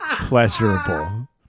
pleasurable